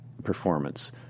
performance